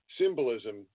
symbolism